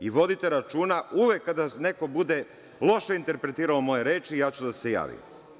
I vodite računa uvek kada neko bude loše interpretirao moje reči, ja ću da se javim.